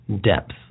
depth